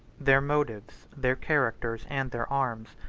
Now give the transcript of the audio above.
their motives, their characters, and their arms,